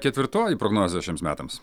ketvirtoji prognozė šiems metams